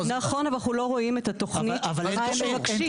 נכון אבל אנחנו לא רואים את התוכנית מה הם מבקשים.